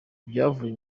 ibyavuye